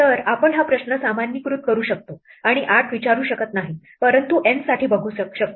तरआपण हा प्रश्न सामान्यीकृत करू शकतो आणि 8 विचारू शकत नाही परंतु N साठी बघू शकतो